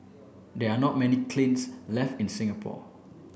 there are not many kilns left in Singapore